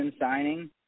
signing